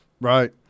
Right